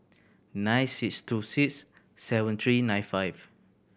nine six two six seven three nine five